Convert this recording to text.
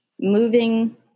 moving